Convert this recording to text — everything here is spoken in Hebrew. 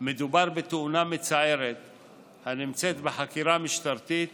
מדובר בתאונה מצערת הנמצאת בחקירה משטרתית